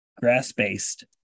grass-based